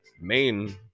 main